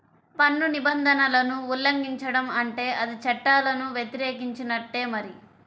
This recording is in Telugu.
పన్ను నిబంధనలను ఉల్లంఘించడం అంటే అది చట్టాలను వ్యతిరేకించినట్టే మరి